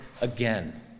again